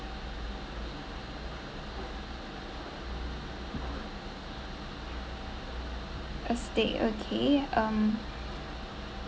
a steak okay um